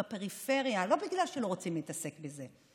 בפריפריה, לא בגלל שלא רוצים להתעסק בזה,